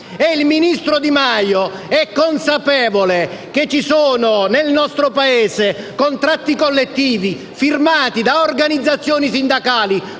il ministro Di Maio è consapevole che ci sono nel nostro Paese contratti collettivi firmati da organizzazioni sindacali